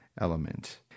element